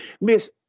Miss